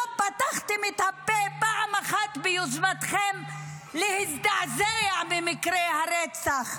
לא פתחתם את הפה פעם אחת ביוזמתכם להזדעזע ממקרי הרצח.